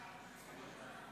התשפ"ד 2024,